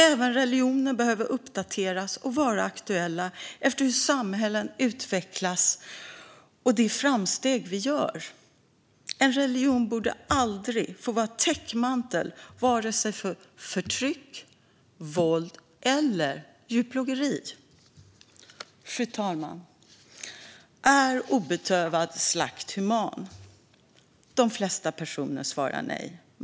Även religionen behöver uppdateras och vara aktuell efter hur samhällen utvecklas och de framsteg som vi gör. En religion borde aldrig få vara täckmantel för förtryck, våld eller djurplågeri. Fru talman! Är obedövad slakt human? De flesta svarar nej.